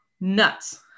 nuts